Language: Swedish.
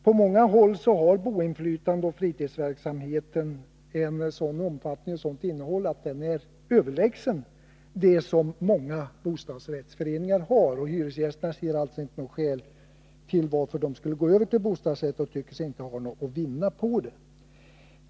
På många håll har boendeinflytande och fritidsverksamhet en sådan omfattning och ett sådant innehåll att de är överlägsna vad många bostadsrättsföreningar har, och hyresgästerna ser alltså inte något skäl att gå över till bostadsrätt. De tycker sig inte ha något att vinna på det.